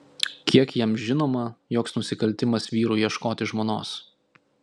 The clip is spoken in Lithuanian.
kiek jam žinoma joks nusikaltimas vyrui ieškoti žmonos